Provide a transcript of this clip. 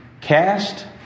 Cast